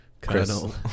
Colonel